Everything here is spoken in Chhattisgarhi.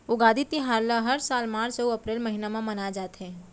उगादी तिहार ल हर साल मार्च अउ अपरेल महिना म मनाए जाथे